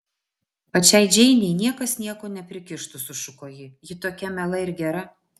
pačiai džeinei niekas nieko neprikištų sušuko ji ji tokia miela ir gera